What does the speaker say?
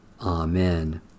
Amen